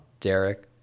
Derek